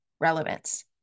relevance